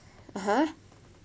(uh huh)